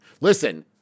listen